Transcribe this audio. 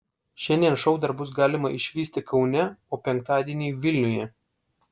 šiandien šou dar bus galima išvysti kaune o penktadienį vilniuje